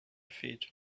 feet